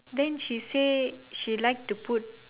then she say she like to put